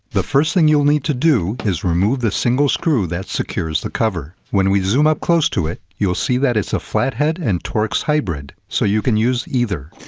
the first thing you'll need to do is remove is the single screw that secures the cover. when we zoom up close to it, you'll see that it's a flat-head and torx hybrid, so you can use either.